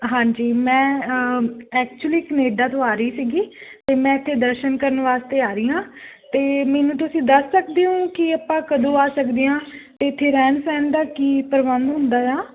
ਹਾਂਜੀ ਮੈਂ actually Canada ਤੋਂ ਆ ਰਹੀ ਸੀਗੀ ਅਤੇ ਮੈਂ ਇੱਥੇ ਦਰਸ਼ਨ ਕਰਨ ਵਾਸਤੇ ਆ ਰਹੀ ਹਾਂ ਅਤੇ ਮੈਨੂੰ ਤੁਸੀਂ ਦੱਸ ਸਕਦੇ ਹੋ ਕਿ ਆਪਾਂ ਕਦੋਂ ਆ ਸਕਦੇ ਹਾਂ ਅਤੇ ਇੱਥੇ ਰਹਿਣ ਸਹਿਣ ਦਾ ਕੀ ਪ੍ਰਬੰਧ ਹੁੰਦਾ ਆ